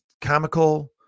comical